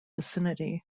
vicinity